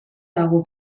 dago